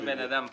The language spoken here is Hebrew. אני בן אדם פרטי.